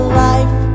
life